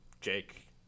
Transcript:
Jake